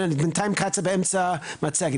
בבקשה.